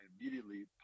immediately